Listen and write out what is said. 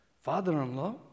father-in-law